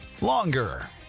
longer